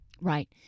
Right